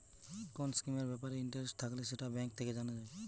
কোন স্কিমের ব্যাপারে ইন্টারেস্ট থাকলে সেটা ব্যাঙ্ক থেকে জানা যায়